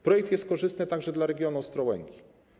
Projekt jest korzystny także dla regionu Ostrołęki.